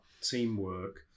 teamwork